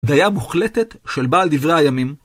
בדיה מוחלטת של בעל דברי הימים.